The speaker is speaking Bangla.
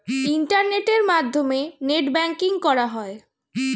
ইন্টারনেটের মাধ্যমে নেট ব্যাঙ্কিং করা হয়